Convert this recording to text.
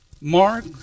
Mark